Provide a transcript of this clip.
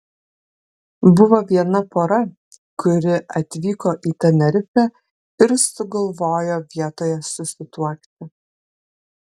buvo viena pora kuri atvyko į tenerifę ir sugalvojo vietoje susituokti